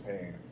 pain